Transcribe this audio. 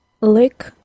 Lick